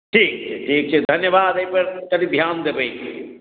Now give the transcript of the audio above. ठीक ठीक छै धन्यवाद एहिपर कनि ध्यान देबै